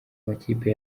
amakipe